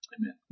Amen